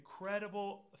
incredible